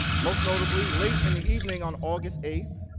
most notably late in the evening on august eighth,